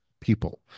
people